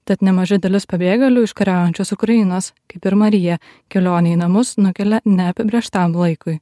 tad nemaža dalis pabėgėlių iš kariaujančios ukrainos kaip ir marija kelionę į namus nukelia neapibrėžtam laikui